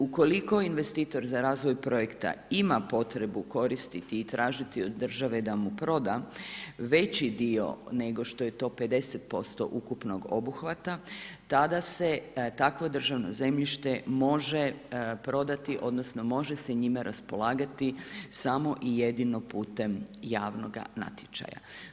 Ukoliko investitor za razvoj projekta ima potrebu koristiti i tražiti od države da mu proda veći dio nego što je to 50% ukupnog obuhvata, tada se takvo državno zemljište može prodati, odnosno može se njime raspolagati samo i jedino putem javnoga natječaja.